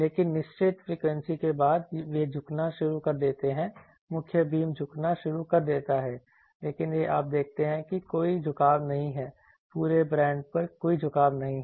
लेकिन निश्चित फ्रीक्वेंसी के बाद वे झुकना शुरू कर देते हैं मुख्य बीम झुकना शुरू कर देता है लेकिन यह एक आप देखते हैं कि कोई झुकाव नहीं है पूरे बैंड में कोई झुकाव नहीं है